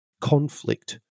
conflict